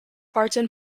barton